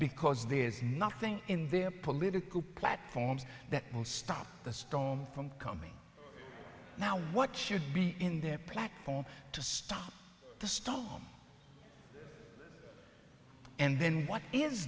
because there is nothing in their political platforms that will stop the storm from coming now what should be in their platform to stop the storm and then what is